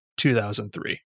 2003